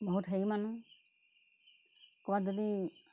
বহুত হেৰি মানুহ ক'ৰৱাত যদি